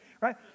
right